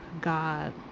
God